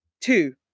Two